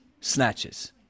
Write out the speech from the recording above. snatches